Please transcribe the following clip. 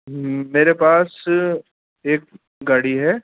میرے پاس ایک گاڑی ہے